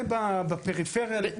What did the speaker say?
זה בפריפריה לטובת זה.